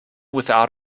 without